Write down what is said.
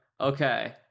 Okay